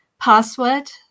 password